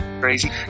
crazy